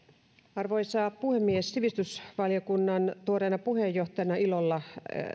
arvoisa puhemies sivistysvaliokunnan tuoreena puheenjohtajana ilolla